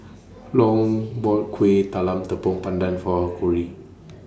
Long bought Kuih Talam Tepong Pandan For Corrie